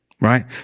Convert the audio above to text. Right